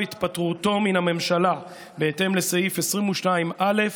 התפטרותו מן הממשלה בהתאם לסעיף 22(א)